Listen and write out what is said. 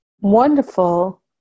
wonderful